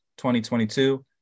2022